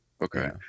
Okay